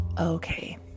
Okay